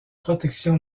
protection